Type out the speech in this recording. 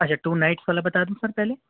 اچھا tonight والا بتا دوں سر پہلے